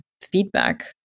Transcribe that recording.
feedback